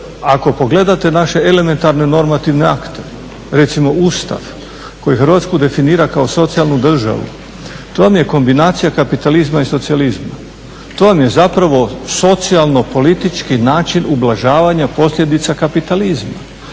Ako pogledate naše elementarne normativne akte, recimo Ustav koji Hrvatsku definira kao socijalnu državu, to vam je kombinacija kapitalizma i socijalizma, to vam je zapravo socijalno-politički način ublažavanja posljedica kapitalizma.